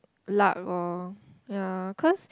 luck lor ya cause